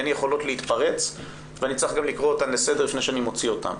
הן יכולות להתפרץ ואני צריך גם לקרוא אותן לסדר לפני שאני מוציא אותן.